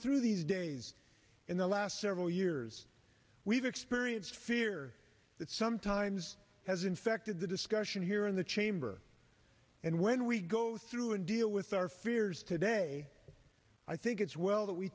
through these days in the last several years we've experienced fear that sometimes has infected the discussion here in the chamber and when we go through and deal with our fears today i think it's well that we